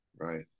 right